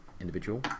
individual